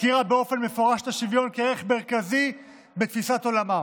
הזכירה באופן מפורש את השוויון כערך מרכזי בתפיסת עולמה.